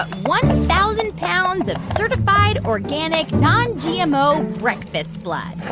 one thousand pounds of certified, organic, non-gmo breakfast blood